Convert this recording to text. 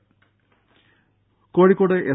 Rambha Kozhikode S